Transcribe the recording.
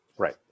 Right